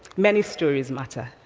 many stories matter.